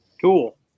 Cool